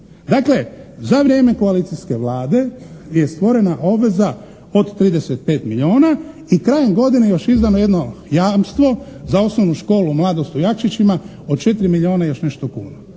Dakle, za vrijeme koalicijske Vlade je stvorena obveza od 35 milijuna i krajem godine još izdano jedno jamstvo za osnovnu školu "Mladost" u Jakšićima od 4 milijuna i još nešto kuna.